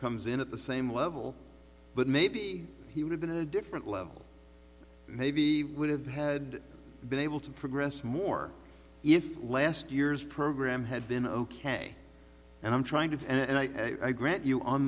comes in at the same level but maybe he would have been a different level maybe would've had been able to progress more if last year's program had been ok and i'm trying to and i grant you on